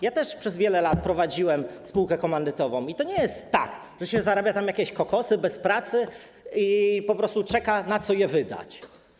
Ja też przez wiele lat prowadziłem spółkę komandytową i to nie jest tak, że zarabia się tam jakieś kokosy bez pracy i po prostu czeka się, na co je wydać.